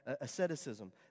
asceticism